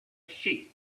sheep